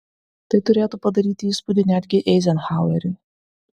tai turėtų padaryti įspūdį netgi eizenhaueriui